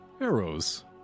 Arrows